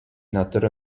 neturi